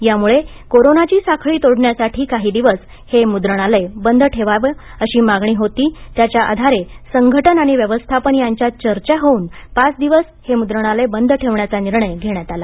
त्यामुळे कोरोनाची साखळी तोडण्यासाठी काही दिवस हे मुद्रणालय बंद ठेवावे अशी मागणी होती त्याच्या आधारे संघटन आणि व्यवस्थापन यांच्यात चर्चा होऊन पाच दिवस बंद ठेवण्याचा निर्णय घेण्यात आला